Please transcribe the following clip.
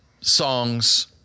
songs